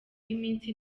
y’iminsi